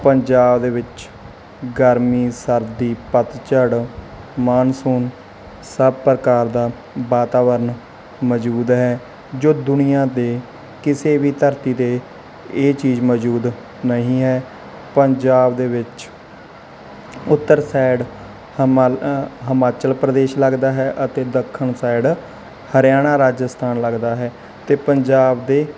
ਪੰਜਾਬ ਦੇ ਵਿੱਚ ਗਰਮੀ ਸਰਦੀ ਪੱਤਝੜ ਮਾਨਸੂਨ ਸਭ ਪ੍ਰਕਾਰ ਦਾ ਵਾਤਾਵਰਨ ਮੌਜੂਦ ਹੈ ਜੋ ਦੁਨੀਆ ਦੇ ਕਿਸੇ ਵੀ ਧਰਤੀ 'ਤੇ ਇਹ ਚੀਜ਼ ਮੌਜੂਦ ਨਹੀਂ ਹੈ ਪੰਜਾਬ ਦੇ ਵਿੱਚ ਉੱਤਰ ਸਾਈਡ ਹਿਮਾਲ ਅ ਹਿਮਾਚਲ ਪ੍ਰਦੇਸ਼ ਲੱਗਦਾ ਹੈ ਅਤੇ ਦੱਖਣ ਸਾਈਡ ਹਰਿਆਣਾ ਰਾਜਸਥਾਨ ਲੱਗਦਾ ਹੈ ਅਤੇ ਪੰਜਾਬ ਦੇ